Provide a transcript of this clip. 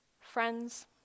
Friends